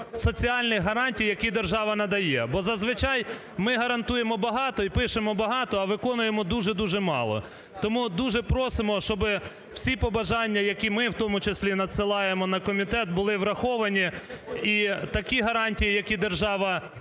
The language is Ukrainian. соціальних гарантій, які держава надає. Бо зазвичай ми гарантуємо багато і пишемо багато, а виконуємо дуже-дуже мало. Тому просимо, щоби всі побажання, які ми, у тому числі, надсилаємо на комітет, були враховані, і такі гарантії, які держава